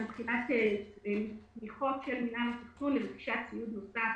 לגבי היכולת של מינהל התכנון לרכישת ציוד נוסף